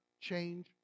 change